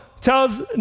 tells